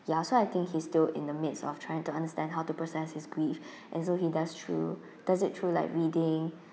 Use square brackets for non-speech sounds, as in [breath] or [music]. ya so I think he's still in the midst of trying to understand how to process his grief [breath] and so he does through does it through like reading